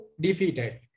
defeated